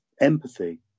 empathy